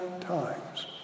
times